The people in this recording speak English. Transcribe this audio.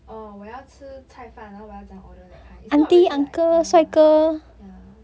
哦我要吃菜饭 then 我要怎样 order that kind it's not really like ya ya